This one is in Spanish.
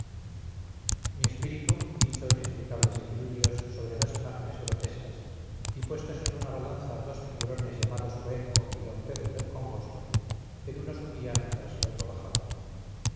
mi espíritu hizo inexplicables equilibrios sobre dos imágenes grotescas y puestos en una balanza dos figurones llamados poenco y d pedro del congosto el uno subía mientras el otro bajaba